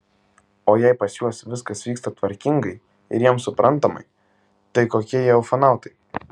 o jei pas juos viskas vyksta tvarkingai ir jiems suprantamai tai kokie jie ufonautai